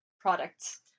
products